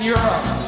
Europe